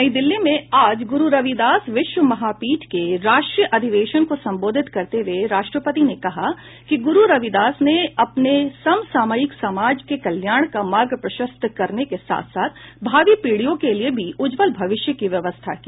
नई दिल्ली में आज गुरु रविदास विश्व महापीठ के राष्ट्रीय अधिवेशन को संबोधित करते हुए राष्ट्रपति ने कहा कि गुरु रविदास ने अपने सम सामयिक समाज के कल्याण का मार्ग प्रशस्त करने के साथ साथ भावी पीढियों के लिए भी उज्ज्वल भविष्य की व्यवस्था की